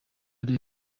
rero